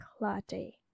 latte